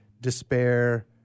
despair